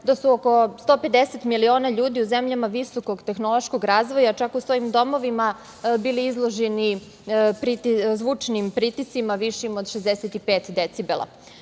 da je oko 150 miliona ljudi u zemljama visokog tehnološkog razvoja, čak u svojim domovima bili izloženi zvučnim pritiscima, višim od 65 decibela.